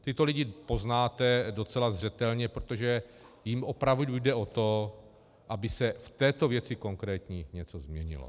Tyto lidi poznáte docela zřetelně, protože jim opravdu jde o to, aby se v této konkrétní věci něco změnilo.